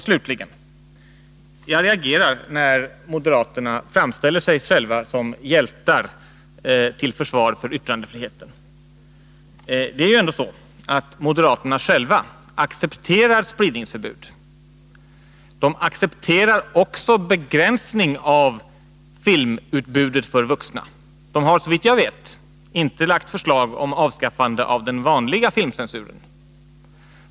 Slutligen: Jag reagerar när moderaterna framställer sig själva som hjältar i försvaret för yttrandefriheten. Moderaterna accepterar ju ändå spridningsförbudet, och de accepterar också begränsning av filmutbudet för vuxna. De har såvitt jag vet inte lagt fram förslag om avskaffande av den vanliga filmcensuren.